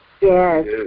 Yes